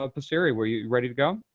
ah passeri, were you ready to go?